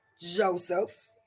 Joseph